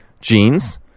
jeans